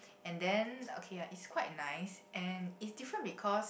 and then okay ah it's quite nice and it's different because